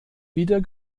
wieder